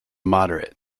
moderate